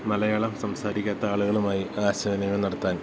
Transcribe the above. മലയാളം സംസാരിക്കാത്ത ആളുകളുമായി ആശയവിനിമയം നടത്താൻ